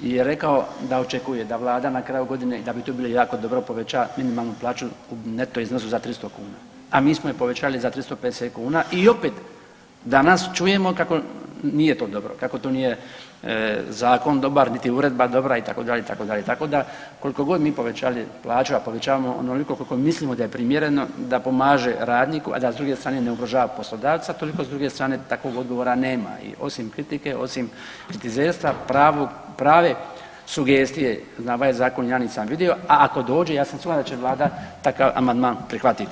je rekao da očekuje da vlada na kraju godine i da bi to bilo jako dobro poveća minimalnu plaću u neto iznosu za 300 kuna, a mi smo je povećali za 350 kuna i opet danas čujemo kako nije to dobro, kako to nije zakon dobar niti uredba dobra itd., itd. tako da koliko god mi povećavali plaću, a povećamo onoliko koliko mislimo da je primjereno da pomaže radnji, a da s druge strane ne ugrožava poslodavca toliko s druge strane takvog odgovora nema i osim kritike, osim kritizerstva prave sugestije na ovaj zakon ja nisam vidi, a ako dođe ja sam siguran da će vlada takav amandman prihvatiti.